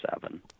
seven